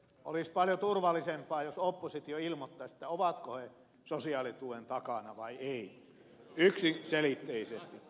olisi paljon turvallisempaa jos oppositio ilmoittaisi ovatko he sosiaalitupon takana vai eivät yksiselitteisesti